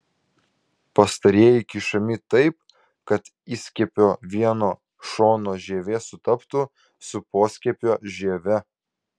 pastarieji kišami taip kad įskiepio vieno šono žievė sutaptų su poskiepio žieve